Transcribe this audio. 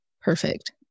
perfect